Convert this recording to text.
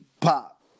pop